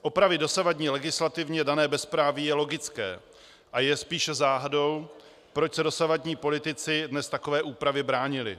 Opravit dosavadní legislativně dané bezpráví je logické a je spíše záhadou, proč se dosavadní politici dnes takové úpravě bránili.